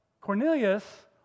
Cornelius